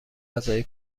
غذای